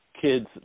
kids